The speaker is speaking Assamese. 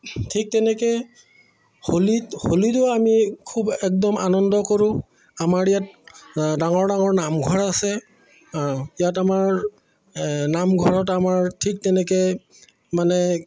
ঠিক তেনেকৈ হোলীত হোলীৰো আমি খুব একদম আনন্দ কৰোঁ আমাৰ ইয়াত ডাঙৰ ডাঙৰ নামঘৰ আছে ইয়াত আমাৰ নামঘৰত আমাৰ ঠিক তেনেকৈ মানে